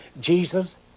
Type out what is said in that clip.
Jesus